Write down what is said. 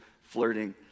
flirting